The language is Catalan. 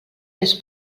més